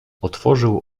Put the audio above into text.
otworzył